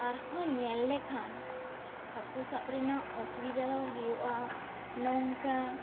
ᱟᱨ ᱦᱚᱸ ᱧᱮᱞ ᱞᱮᱠᱷᱟᱱ ᱦᱟᱹᱠᱩ ᱥᱟᱵ ᱨᱮᱱᱟᱜ ᱚᱥᱩᱵᱤᱫᱷᱟ ᱫᱚ ᱦᱩᱭᱩᱜᱼᱟ ᱱᱚᱝᱠᱟ